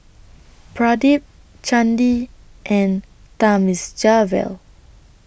Pradip Chandi and Thamizhavel